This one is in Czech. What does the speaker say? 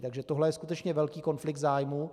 Takže tohle je skutečně velký konflikt zájmů.